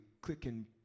clicking